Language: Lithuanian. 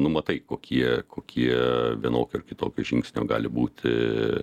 nu matai kokie kokie vienokio ar kitokio žingsnio gali būti